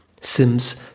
Sims